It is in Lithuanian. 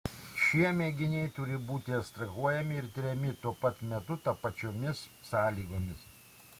šie mėginiai turi būti ekstrahuojami ir tiriami tuo pat metu tapačiomis sąlygomis